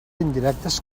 indirectes